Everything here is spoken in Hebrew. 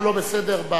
אז משהו לא בסדר במערכת.